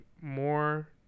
more